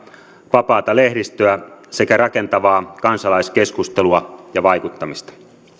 vapaata lehdistöä sekä rakentavaa kansalaiskeskustelua ja vaikuttamista